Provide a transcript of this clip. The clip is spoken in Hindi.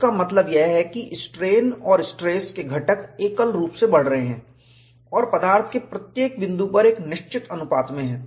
इसका मतलब यह है कि स्ट्रेन और स्ट्रेस के घटक एकल रूप से बढ़ रहे हैं और पदार्थ के प्रत्येक बिंदु पर एक निश्चित अनुपात में हैं